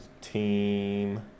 team